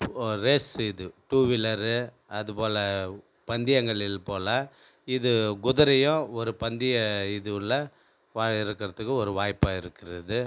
race இது டூவீலரில் அதுபோல் பந்தயங்களில் போல் இது குதிரையும் ஒரு பந்திய இது உள்ளே வாக இருக்கிறதுக்கு ஒரு வாய்ப்பாக இருக்கிறது